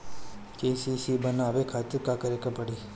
KCC बनवावे खातिर का करे के पड़ी?